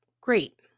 great